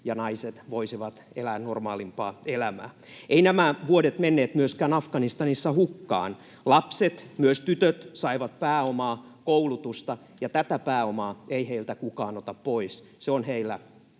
ja naiset voisivat elää normaalimpaa elämää. Eivät nämä vuodet menneet hukkaan myöskään Afganistanissa. Lapset, myös tytöt, saivat pääomaa, koulutusta, ja tätä pääomaa ei heiltä kukaan ota pois, se on heillä